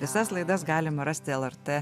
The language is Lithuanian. visas laidas galima rasti lrt